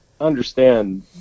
understand